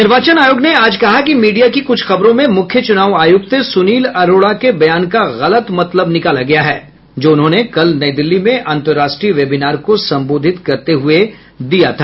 निर्वाचन आयोग ने आज कहा कि मीडिया की कुछ खबरों में मुख्य चुनाव आयुक्त सुनील अरोड़ा के बयान का गलत मतलब निकाला गया है जो उन्होंने कल नई दिल्ली में अंतर्राष्ट्रीय वेबिनार को संबोधित करते हुए कहा था